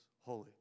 holy